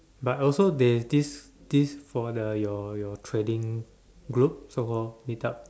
but also they this this for the your your trading group so called meetup